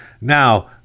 Now